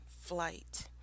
flight